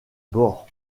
bord